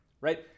right